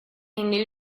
new